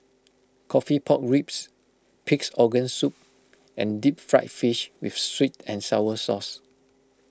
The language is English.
Coffee Pork Ribs Pig's Organ Soup and Deep Fried Fish with Sweet and Sour Sauce